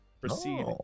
Proceed